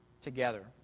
together